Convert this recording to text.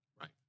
Right